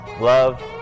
love